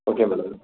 okay madam